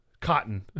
Cotton